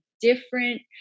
different